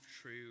True